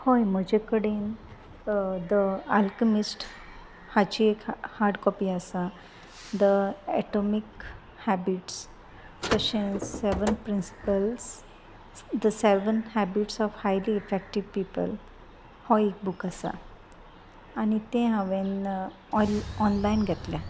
हय म्हजे कडेन द आल्कॅमिस्ट हाची एक हार्ड कॉपी आसा द ऍटोमीक हॅबिट्स तशेंच seven principles the Seven Habits of Highly Effective People हो एक बूक आसा आनी तें हांवेन ऑ ऑनलायन घेतल्या